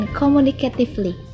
communicatively